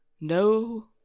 No